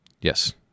Yes